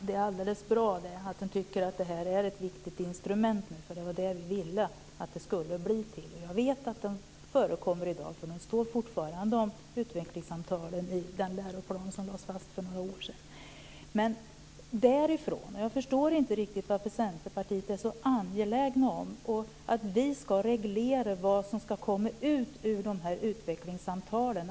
Herr talman! Det är bra att de tycker att utvecklingssamtalen är ett viktigt instrument, för det var det vi ville att de skulle bli. Jag vet att de förekommer i dag, för i den läroplan som lades fast för några år sedan står det fortfarande om utvecklingssamtalen. Men jag förstår inte riktigt varför Centerpartiet är så angeläget om att vi ska reglera vad som ska komma ut ur utvecklingssamtalen.